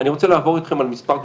אני רוצה לעבור אתכם על מספר דברים,